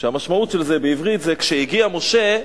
המשמעות של זה בעברית: כשהגיע משה,